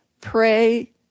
pray